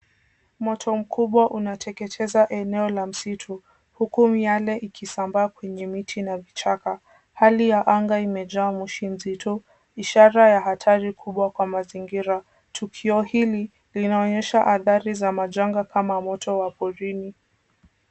Moto mkubwa unateketeza eneo la msitu huku miale ikisambaa kwenye miti na vichaka. Hali ya anga imejaa moshi mzito ishara ya hatari kubwa kwa mazingira. Tukio hili linaonyesha athari za majanga kama moto wa porini.